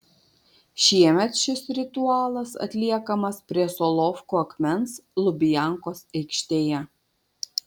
šiemet šis ritualas atliekamas prie solovkų akmens lubiankos aikštėje